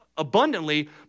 abundantly